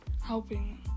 helping